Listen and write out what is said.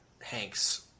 Hanks